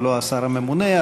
הוא לא השר הממונה,